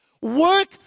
Work